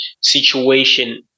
situation